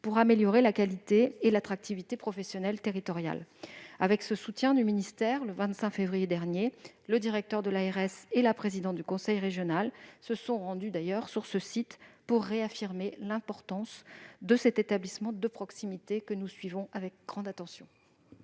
pour améliorer la qualité et l'attractivité professionnelle territoriale. Monsieur le sénateur, le 25 février dernier, avec le soutien du ministère, le directeur de l'ARS et la présidente du conseil régional se sont rendus sur site pour réaffirmer l'importance de cet établissement de proximité que nous suivons avec grande attention.